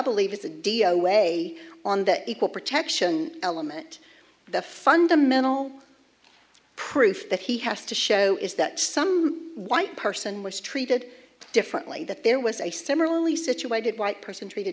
believe is the dio way on that equal protection element the fundamental proof that he has to show is that some white person was treated differently that there was a similarly situated white person treated